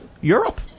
Europe